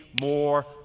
more